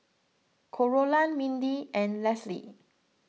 Carolann Mindi and Lesley